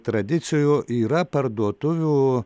tradicijų yra parduotuvių